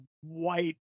white